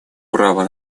право